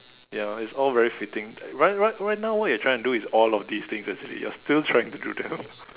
ya it's all very fitting right right right now what you're trying to do is all of these things actually you're still trying to do them